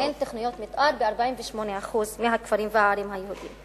אין תוכניות מיתאר ב-48% מהכפרים והערים הערביים.